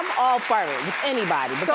all for anybody.